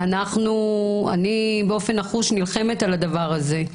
אני באופן נחוש נלחמת על הדבר הזה,